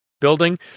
building